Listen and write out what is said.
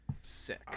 Sick